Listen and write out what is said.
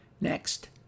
Next